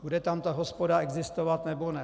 Bude tam ta hospoda existovat, nebo ne?